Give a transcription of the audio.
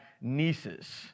nieces